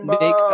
make